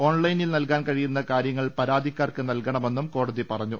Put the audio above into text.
on ലൈനിൽ നൽകാൻ കഴിയുന്ന കാരൃങ്ങൾ പരാതിക്കാർക്ക് നൽകണമെന്നും കോടതി പറഞ്ഞു